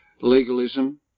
legalism